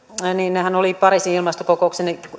nehän olivat pariisin ilmastokokouksen